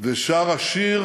ושרה שיר